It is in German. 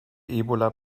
ebola